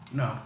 no